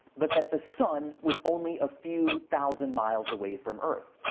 but that the sun was only ah few thousand miles away from earth.